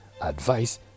advice